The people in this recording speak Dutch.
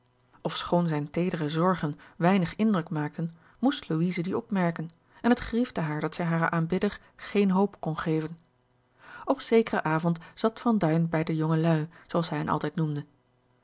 ofschoon zijne teedere zorgen weinig indruk maakten moest louise die opmerken en het griefde haar dat zij haren aanbidder geene hoop kon geven op zekeren avond zat van duin bij de jongeluî zooals hij hen altijd noemde